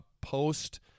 post